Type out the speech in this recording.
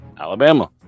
Alabama